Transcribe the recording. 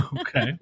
Okay